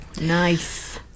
nice